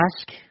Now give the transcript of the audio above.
ask